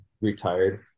retired